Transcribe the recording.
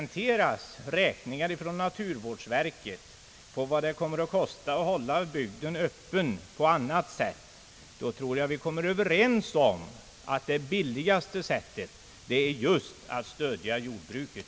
När vi får räkningar från naturvårdsverket på vad det kommer att kosta att hålla bygden öppen på annat sätt, tror jag vi kommer att vara överens om att det billigaste sättet är just att stödja jordbruket.